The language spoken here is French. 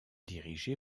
dirigé